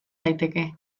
daiteke